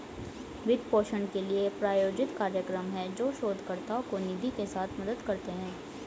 वित्त पोषण के लिए, प्रायोजित कार्यक्रम हैं, जो शोधकर्ताओं को निधि के साथ मदद करते हैं